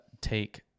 take